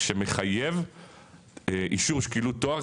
שמחייב אישור שקילות תואר,